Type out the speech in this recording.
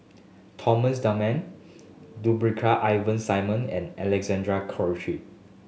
Thomas Dunman Brigadier Ivan Simson and Alexander Guthrie